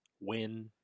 win